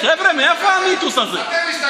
חבר'ה, מאיפה המיתוס הזה?